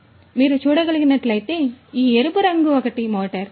కాబట్టి మీరు చూడగలిగినట్లుగా ఈ ఎరుపు రంగు ఒకటి మోటారు